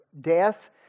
death